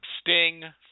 Sting